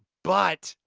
but!